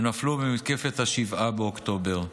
שנפלו במתקפת 7 באוקטובר.